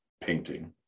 painting